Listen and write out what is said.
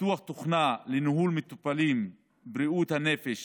פיתוח תוכנה לניהול מטופלים בבריאות הנפש